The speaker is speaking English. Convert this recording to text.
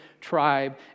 tribe